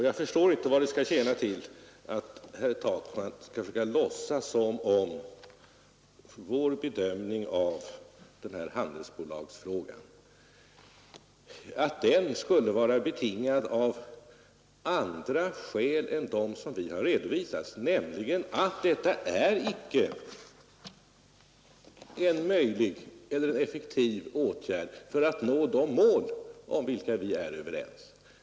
Jag förstår inte vad det skall tjäna till att, som herr Takman gör, försöka låtsas som om vår bedömning av handelsbolagsfrågan skulle vara betingad av andra skäl än vi har redovisat, nämligen att detta icke är en möjlig eller effektiv åtgärd för att nå de mål om vilka vi är överens.